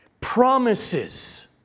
promises